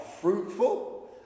fruitful